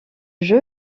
jeu